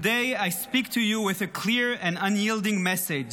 today I speak to you with a clear and unyielding message.